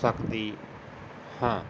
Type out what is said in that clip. ਸਕਦੀ ਹਾਂ